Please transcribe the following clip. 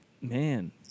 man